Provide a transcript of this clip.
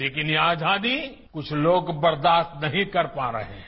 लेकिन यह आजादी कुछ लोग बर्दाश्ती नहीं कर पा रहे हैं